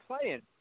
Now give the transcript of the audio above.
playing